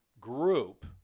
group